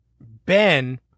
Ben